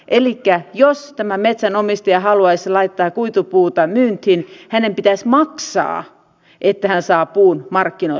elikkä jos tämä metsänomistaja haluaisi laittaa kuitupuuta myyntiin hänen pitäisi maksaa että hän saa puun markkinoille